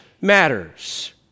matters